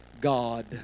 God